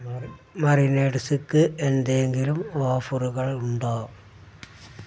മറി മറിനേഡ്സ്ക്ക് എന്തെങ്കിലും ഓഫറുകൾ ഉണ്ടോ